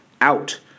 out